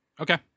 Okay